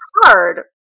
hard